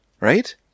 right